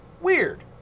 Weird